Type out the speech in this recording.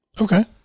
Okay